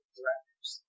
directors